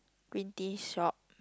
green tea shop